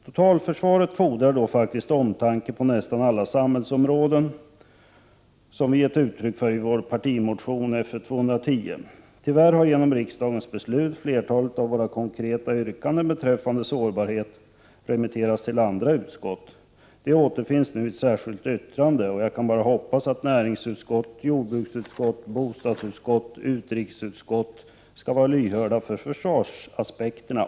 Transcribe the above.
Totalförsvaret fordrar då faktiskt omtanke på nästan alla samhällsområden, något som vi gett uttryck för i vår partimotion Fö210. Tyvärr har genom riksdagens beslut flertalet av våra konkreta yrkanden beträffande sårbarhet remitterats till andra utskott — de återfinns nu i ett särskilt yttrande. Jag kan bara hoppas att näringsutskott, jordbruksutskott, bostadsutskott och utrikesutskott skall vara lyhörda för försvarsaspekterna.